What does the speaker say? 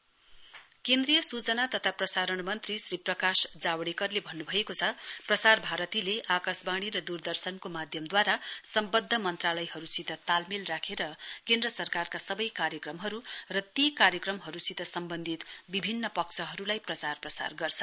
LS Javadekar केन्द्रीय सूचना तथा प्रसारण मन्त्री श्री प्रकाश जावड़ेकरले भन्नभएको छ प्रसार भारतीले आकाशवाणी र दूरदर्शनको माध्यमद्वारा सम्वन्ध्द मन्त्रालयहरुसित तालमेल राखेर केन्द्र सरकारका सवै कार्यक्रमहरु र ती कार्यक्रमहरुसित सम्वन्धित विभिन्न पक्षहरुलाई प्रचार प्रसार गर्छ